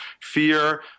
Fear